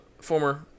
former